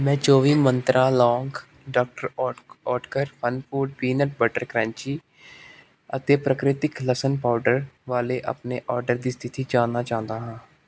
ਮੈਂ ਚੌਵੀ ਮੰਤਰਾਂ ਲੌਂਗ ਡਾਕਟਰ ਓਟ Oetker FunFoods peanut butter crunchy ਅਤੇ ਪ੍ਰਕ੍ਰਿਤੀਕ ਲਸਣ ਪਾਊਡਰ ਵਾਲੇ ਆਪਣੇ ਆਡਰ ਦੀ ਸਥਿਤੀ ਜਾਣਨਾ ਚਾਹੁੰਦਾ ਹਾਂ